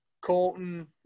Colton